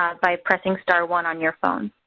by pressing star one on your phone.